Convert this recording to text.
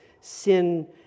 sin